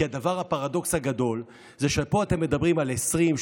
כי הפרדוקס הגדול זה שפה אתם מדברים על 20,000,